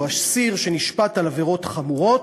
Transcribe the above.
הוא אסיר שנשפט על עבירות חמורות,